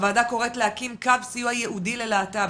הוועדה קוראת להקים קו סיוע ייחודי ללהט"בים,